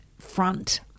front